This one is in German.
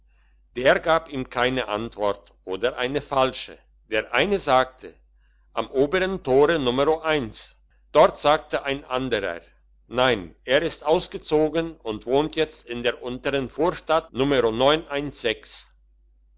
der gab ihm keine antwort oder eine falsche der eine sagte am obern tore numero dort sagte ein anderer nein er ist ausgezogen und wohnt jetzt in der untern vorstadt numero